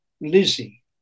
Lizzie